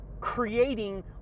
creating